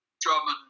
Drummond